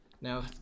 Now